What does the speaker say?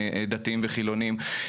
דתיים וחילונים,